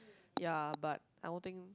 ya but I don't think